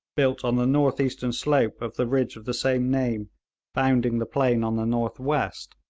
built on the north-eastern slope of the ridge of the same name bounding the plain on the north-west,